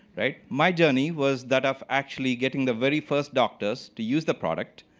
right? my journey was that of actually getting the very first doctors to use the product,